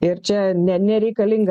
ir čia ne nereikalinga